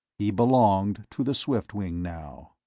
he belonged to the swiftwing now.